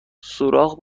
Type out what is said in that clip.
سوراخ